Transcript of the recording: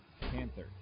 Panther